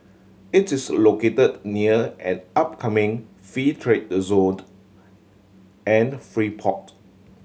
it is located near an upcoming free trade zone and free port